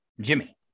Jimmy